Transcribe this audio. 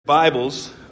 Bibles